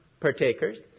partakers